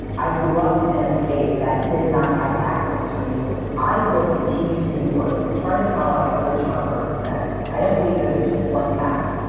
i grew up in a state that did not have access to resources. i will continue to do the work. and part of how i approach my work is that i don't believe there's just one path.